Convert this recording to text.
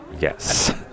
Yes